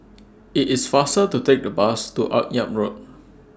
IT IS faster to Take The Bus to Akyab Road